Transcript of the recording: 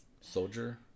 soldier